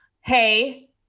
hey